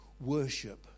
Worship